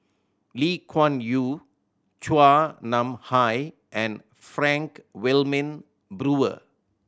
Lee Kuan Yew Chua Nam Hai and Frank Wilmin Brewer